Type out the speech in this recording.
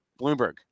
Bloomberg